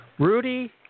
Rudy